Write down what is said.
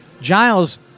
Giles